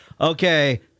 Okay